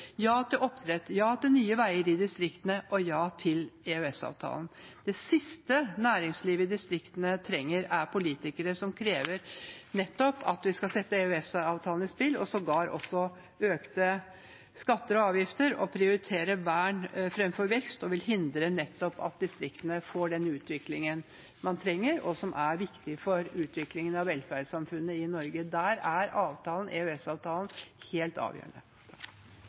ja til mer vannkraft, ja til oppdrett, ja til nye veier i distriktene og ja til EØS-avtalen. Det siste næringslivet i distriktene trenger, er politikere som krever at vi skal sette EØS-avtalen i spill – og sågar økte skatter og avgifter – prioritere vern framfor vekst og hindre at distriktene får den utviklingen de trenger, og som er viktig for utviklingen av velferdssamfunnet i Norge. Der er EØS-avtalen helt avgjørende.